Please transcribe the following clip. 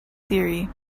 theory